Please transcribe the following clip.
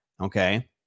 Okay